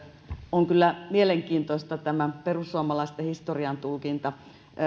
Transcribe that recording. on kyllä mielenkiintoista tämä perussuomalaisten historian tulkinta